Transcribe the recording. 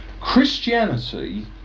Christianity